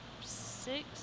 six